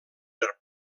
per